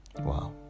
Wow